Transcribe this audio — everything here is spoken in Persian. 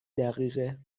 دقیقه